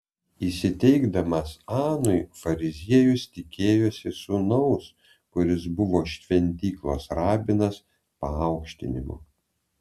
įsiteikdamas anui fariziejus tikėjosi sūnaus kuris buvo šventyklos rabinas paaukštinimo